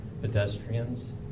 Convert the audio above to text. pedestrians